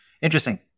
Interesting